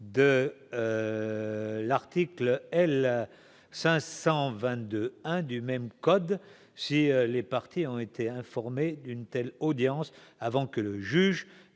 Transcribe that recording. de l'article L. 522 1 du même code si les partis ont été informés d'une telle audience avant que le juge